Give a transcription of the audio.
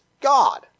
God